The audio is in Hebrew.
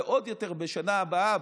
ועוד יותר בשנה הבאה,